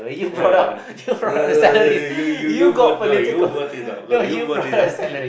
ya no no no you you you no no you vote it out no you vote it out